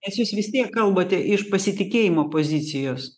nes jūs vis tiek kalbate iš pasitikėjimo pozicijos